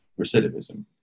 recidivism